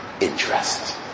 interest